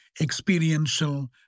experiential